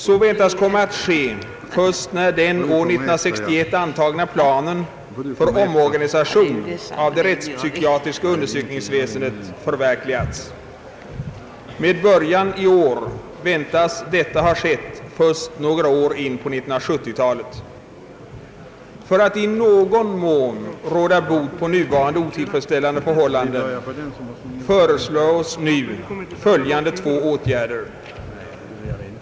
Så väntas komma att ske först när den år 1961 antagna planen för omorganisation av det rättspsykiatriska undersökningsväsendet förverkligats. Med början i år väntas detta vara klart först några år in på 1970-talet. För att i någon mån råda bot på nuvarande otillfredsställande förhållanden föreslås nu följande två åtgärder.